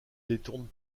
détourne